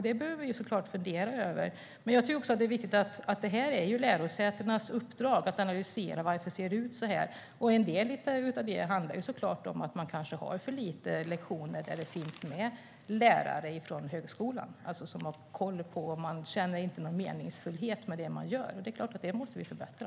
Det behöver vi såklart fundera över. Det är viktigt att komma ihåg att det är lärosätenas uppdrag att analysera varför det ser ut så. En del av detta handlar om att det är för få lektioner där lärare från högskolan deltar. Studenterna känner inte att det finns någon mening med det de gör. Det måste vi förbättra.